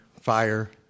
fire